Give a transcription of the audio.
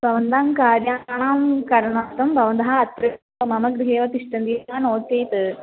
भवन्तं कार्याणां करणार्थं भवन्तः अत्र मम गृहे एव तिष्ठन्ति वा नो चेत्